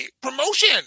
promotion